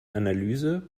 analyse